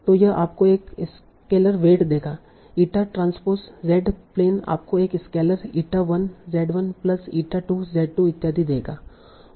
तो यह आपको एक स्केलर वेट देगा ईटा ट्रांस्पोस जेड प्लेन आपको एक scalar eta 1 z1 plus eta 2 z2 इत्यादि देगा